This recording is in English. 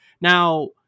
Now